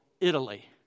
Italy